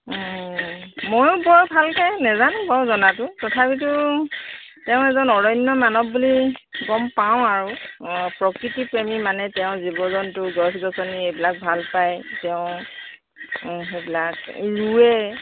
ময়ো বৰ ভালকৈ নেজানো বাৰু জনাটো তথাপিতো তেওঁ এজন অৰণ্য মানৱ বুলি গম পাওঁ আৰু অঁ প্ৰকৃতিপ্ৰেমী মানে তেওঁ জীৱ জন্তু গছ গছনি এইবিলাক ভাল পায় তেওঁ সেইবিলাক ৰুৱে